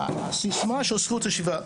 הסיסמה של זכות השיבה.